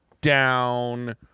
down